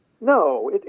No